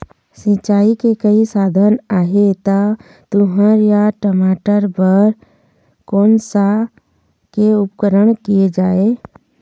सिचाई के कई साधन आहे ता तुंहर या टमाटर बार कोन सा के उपयोग किए जाए?